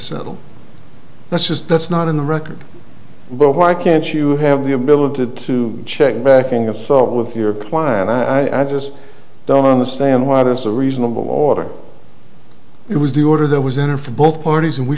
settle that's just that's not in the record but why can't you have the ability to check backing assault with your client i just don't understand why this is a reasonable order it was the order that was in or for both parties and we